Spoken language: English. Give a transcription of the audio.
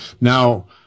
Now